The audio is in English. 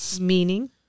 Meaning